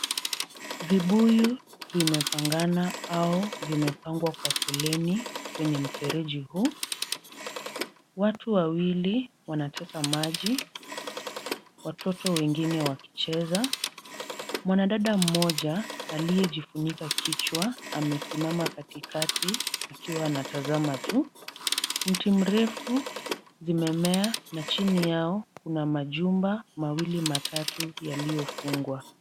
Vibuyu vimepangana au vimepangwa kwa foleni kwenye mfereji huu. Watu wawili wanateka maji watoto wengine wakicheza. Mwanadada mmoja aliyejifunika kichwa amesimama kati kati akiwa anatazama tu. Mti mrefu zimemea na chini yao kuna majumba mawili matatu yaliyofungwa.